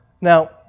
Now